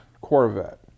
Corvette